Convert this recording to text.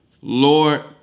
Lord